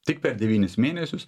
tik per devynis mėnesius